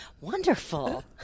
Wonderful